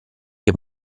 che